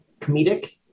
comedic